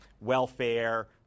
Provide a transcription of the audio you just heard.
welfare